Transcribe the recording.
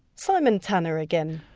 simon tanner again.